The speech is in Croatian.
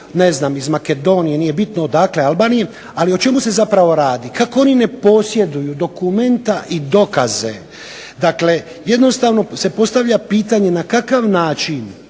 ne znam iz Makedonije, nije bitno odakle, Albanije. Ali o čemu se zapravo radi? Kako oni ne posjeduju dokumenta i dokaze, dakle jednostavno se postavlja pitanje na kakav način